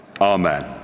Amen